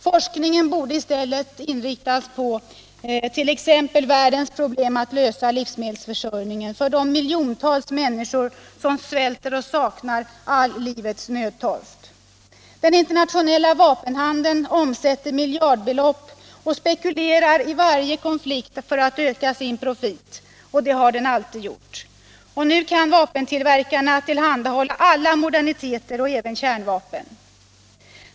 Forskningen borde i stället inriktas på t.ex. världens problem att lösa livsmedelsförsörjningen för de miljontals människor som svälter och saknar all livets nödtorft. Den internationella vapenhandeln omsätter miljardbelopp och spekulerar i varje konflikt för att öka sin profit. Och det har den alltid gjort. Nu kan vapentillverkarna tillhandahålla alla moderniteter och även kärnvapen.